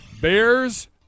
Bears